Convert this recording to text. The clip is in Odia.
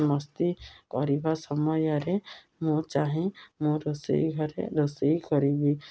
ମସ୍ତି କରିବା ସମୟରେ ମୁଁ ଚାହେଁ ମୁଁ ରୋଷେଇ ଘରେ ରୋଷେଇ କରିବି